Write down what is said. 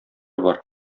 бар